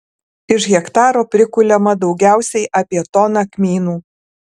iš hektaro prikuliama daugiausiai apie toną kmynų